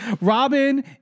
Robin